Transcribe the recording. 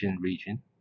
Region